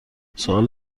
سوال